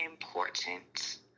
important